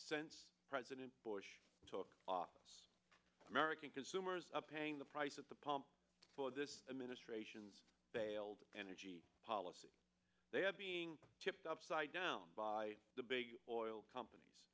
since president bush took office american consumers of paying the price at the pump for this administration's failed and a g policy they have being tipped upside down by the big oil companies